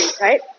right